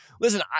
Listen